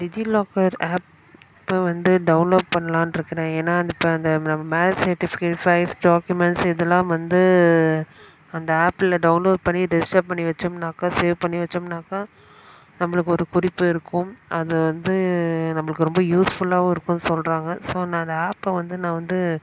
DigiLocker ஆப்பை வந்து download பண்ணலாம்னு இருக்கிறேன் ஏன்னால் அந்த இப்போ அந்த நம்ப மேரேஜ் செர்டிஃபிகேட் ஃபைல்ஸ் டாக்குமெண்ட்ஸ் இதெல்லாம் வந்து அந்த ஆப்பில் டவுன்லோட் பண்ணி ரிஜிஸ்டர் பண்ணி வைச்சோம்னாக்க சேவ் பண்ணி வைச்சோம்னாக்கா நம்பளுக்கு ஒரு பிடிப்பு இருக்கும் அது வந்து நம்பளுக்கு ரொம்ப யூஸ்ஃபுல்லாகவும் இருக்கும்னு சொல்கிறாங்க ஸோ நான் அந்த ஆப்பை வந்து நான் வந்து